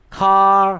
car